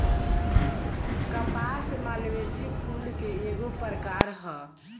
कपास मालवेसी कुल के एगो प्रकार ह